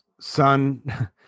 son